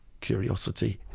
curiosity